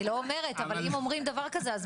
אם מדברים על נתונים מדעיים, בואו נדבוק בזה.